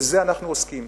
בזה אנחנו עוסקים.